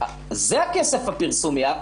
זה הכסף הפרסומי.